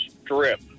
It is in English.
strip